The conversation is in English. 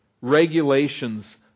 regulations